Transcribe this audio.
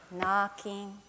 knocking